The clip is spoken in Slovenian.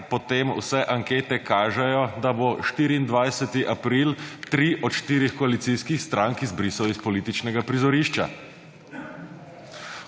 potem vse ankete kažejo, da bo 24. april 3 od 4 koalicijskih strank izbrisal iz političnega prizorišča?